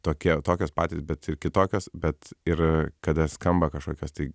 tokie tokios patirtys bet ir kitokios bet ir kada skamba kažkokios tai